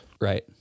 Right